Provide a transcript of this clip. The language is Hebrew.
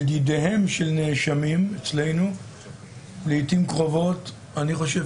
ידידיהם של נאשמים אצלנו לעתים קרובות א אני חושב